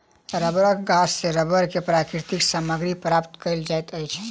रबड़क गाछ सॅ रबड़ के प्राकृतिक सामग्री प्राप्त कयल जाइत अछि